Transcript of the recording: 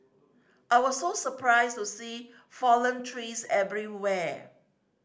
I was so surprised to see fallen trees everywhere